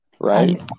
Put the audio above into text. right